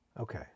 Okay